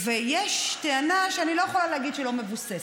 ויש טענה שאני לא יכולה להגיד שהיא לא מבוססת,